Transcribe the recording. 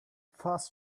fast